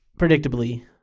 predictably